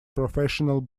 professional